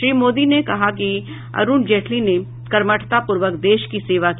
श्री मोदी ने कहा कि अरुण जेटली ने कर्मठतापूर्वक देश की सेवा की